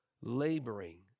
laboring